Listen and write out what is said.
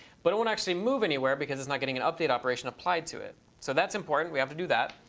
but it won't actually move anywhere because it's not getting an update operation applied to it. so that's important. we have to do that.